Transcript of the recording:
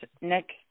Next